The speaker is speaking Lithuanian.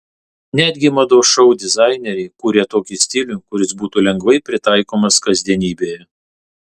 netgi mados šou dizaineriai kūrė tokį stilių kuris būtų lengvai pritaikomas kasdienybėje